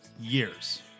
years